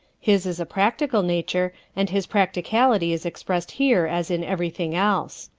his is a practical nature and his practicality is expressed here as in everything else.